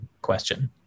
question